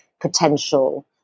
potential